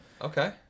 okay